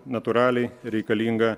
natūraliai reikalinga